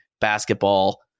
basketball